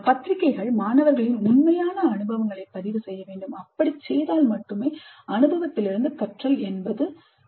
பத்திரிகைகள் மாணவரின் உண்மையான அனுபவங்களை பதிவு செய்ய வேண்டும் அப்படிச் செய்தால் மட்டுமே அனுபவத்திலிருந்து கற்றல் என்பது நிகழும்